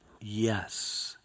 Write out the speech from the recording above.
yes